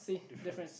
difference